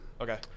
Okay